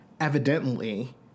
evidently